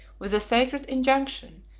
with a sacred injunction,